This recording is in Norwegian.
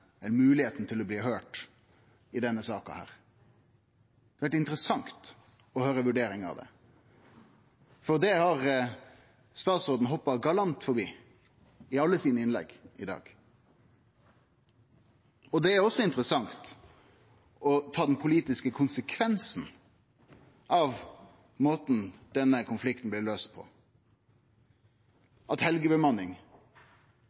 til å bli høyrt i denne saka. Det hadde vore interessant å høyre ei vurdering av det, for det har statsråden hoppa galant forbi i alle sine innlegg i dag. Det er også interessant å ta den politiske konsekvensen av måten denne konflikten blei løyst